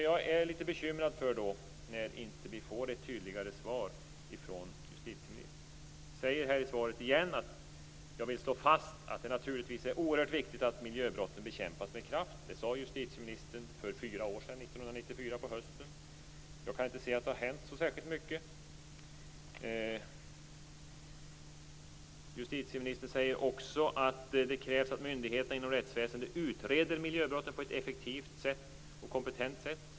Jag är litet bekymrad över att vi inte får ett tydligare svar från justitieministern. Hon säger i svaret att hon vill slå fast att det naturligtvis är oerhört viktigt att miljöbrotten bekämpas med kraft. Det sade justitieministern för fyra år sedan, 1994 på hösten. Jag kan inte se att det har hänt så särskilt mycket sedan dess. Justitieministern säger också att det krävs att myndigheterna inom rättsväsendet utreder miljöbrotten på ett effektivt och kompetent sätt.